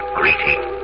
greeting